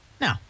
No